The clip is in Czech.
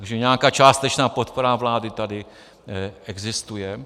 Takže nějaká částečná podpora vlády tady existuje.